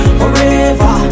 forever